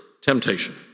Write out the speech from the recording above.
temptation